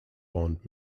bond